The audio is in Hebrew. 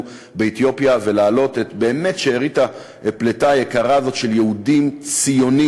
באתיופיה ולהעלות את באמת שארית הפליטה היקרה הזאת של יהודים ציונים